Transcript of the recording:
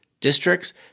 districts